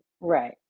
right